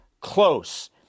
close